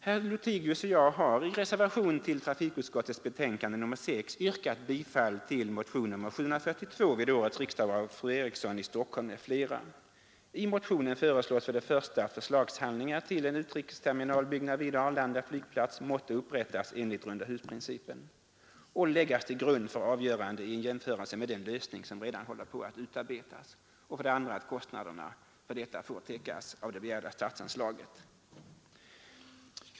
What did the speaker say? Herr Lothigius och jag har i reservationen 1 vid trafikutskottets betänkande nr 6 yrkat bifall till motionen 742 till årets riksdag av fru Eriksson i Stockholm m.fl. I motionen föreslås för det första att förslagshandlingar till en utrikesterminalbyggnad på Arlanda flygplats måtte upprättas enligt rundahusprincipen och läggas till grund för avgörandet i en jämförelse med den lösning som redan håller på att utarbetas. För det andra föreslås i motionen att kostnaderna för detta får tas av det begärda statsanslaget.